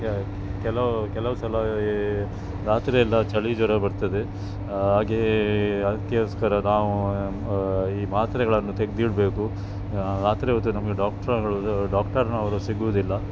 ಕೆಲವು ಕೆಲವು ಸಲ ಈ ರಾತ್ರಿಯೆಲ್ಲ ಚಳಿ ಜ್ವರ ಬರ್ತದೆ ಹಾಗೆಯೇ ಅದಕ್ಕೋಸ್ಕರ ನಾವು ಈ ಮಾತ್ರೆಗಳನ್ನು ತೆಗೆದಿಡ್ಬೇಕು ರಾತ್ರಿ ಹೊತ್ತು ನಮಗೆ ಡಾಕ್ಟರ್ಗಳ ಡಾಕ್ಟರಿನವರು ಸಿಗುವುದಿಲ್ಲ